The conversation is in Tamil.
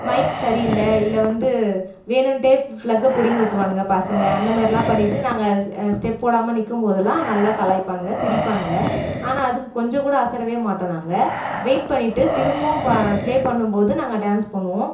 மைக் சரியில்லை இல்லை வந்து வேணுன்ட்டே ஃபிளக்கை பிடுங்கிவி ட்ருவானுங்க பசங்க அந்த மாதிரிலாம் பண்ணிகிட்டு நாங்கள் ஸ்டெப் போடாமல் நிற்கும் போதெல்லாம் நல்லா கலாய்ப்பானுங்க சிரிப்பானுங்க ஆனால் அதுக்கு கொஞ்சம் கூட அசரவே மாட்டோம் நாங்கள் வெயிட் பண்ணிகிட்டு திரும்பவும் ப்ளே பண்ணும் போது நாங்கள் டான்ஸ் பண்ணுவோம்